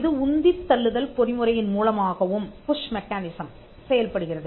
இது உந்தித் தள்ளுதல் பொறிமுறையின் மூலமாகவும் செயல்படுகிறது